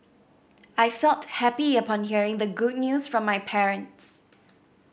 I felt happy upon hearing the good news from my parents